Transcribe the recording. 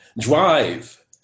Drive